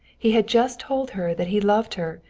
he had just told her that he loved her,